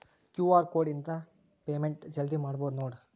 QR code ಇದ್ರ payment ಜಲ್ದಿ ಮಾಡಬಹುದು ನೋಡ್